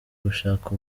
gushaka